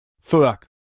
Fuck